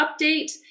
update